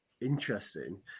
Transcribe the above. interesting